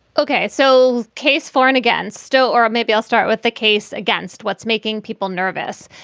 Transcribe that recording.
ok. so case for and against stow. or maybe i'll start with the case against what's making people nervous.